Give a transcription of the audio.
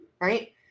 right